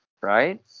Right